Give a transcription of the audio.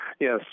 Yes